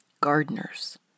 gardeners